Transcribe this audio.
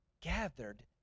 gathered